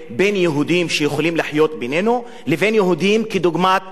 לחיות בינינו לבין יהודים כדוגמת זה שצעק עכשיו.